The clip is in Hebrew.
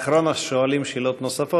אחרון השואלים שאלות נוספות,